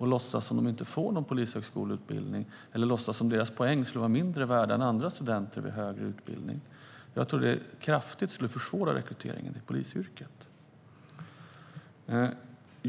att låtsas att man inte får någon högskoleutbildning eller att dessa poäng skulle vara mindre värda än de poäng andra studenter vid högre utbildningar får. Jag tror att det skulle försvåra rekryteringen till polisyrket kraftigt.